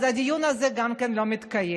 אז הדיון הזה גם כן לא מתקיים.